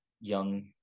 young